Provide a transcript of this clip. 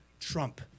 Trump